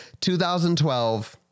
2012